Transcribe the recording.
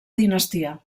dinastia